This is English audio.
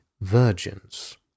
virgins